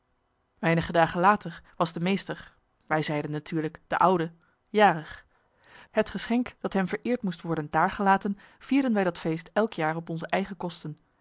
weinige dagen later was de meester wij zeiden natuurlijk de oude jarig het geschenk dat hem vereerd moest worden daargelaten vierden wij dat feest elk jaar op onze eigen kosten